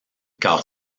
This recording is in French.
car